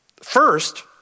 First